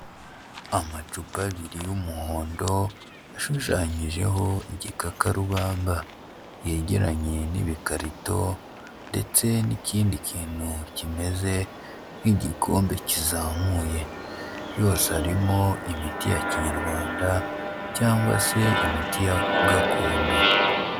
Amacupa abiri y'umuhondo ashushanyijeho igikakarugamba, yegeranye n'ibikarito ndetse n'ikindi kintu kimeze nk'igikombe kizamuye, yose harimo imiti ya kinyarwanda cyangwa se imiti ya gakondo.